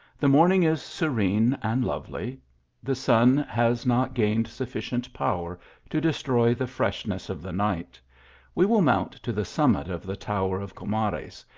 the morning is serene and lovely the sun has not gained sufficient power to destroy the freshness of the night we will mount to the summit of the tower of comares,